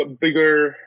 bigger